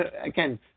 again